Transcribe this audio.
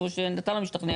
כמו שאתה לא משתכנע,